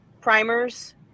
primers